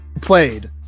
played